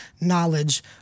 knowledge